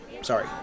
Sorry